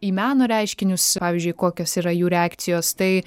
į meno reiškinius pavyzdžiui kokios yra jų reakcijos tai